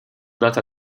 data